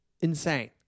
insane